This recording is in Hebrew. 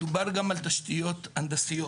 מדובר גם על תשתיות הנדסיות.